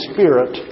Spirit